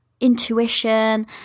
intuition